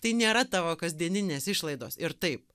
tai nėra tavo kasdieninės išlaidos ir taip